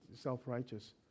self-righteous